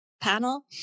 panel